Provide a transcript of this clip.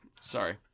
sorry